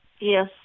Yes